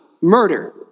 murder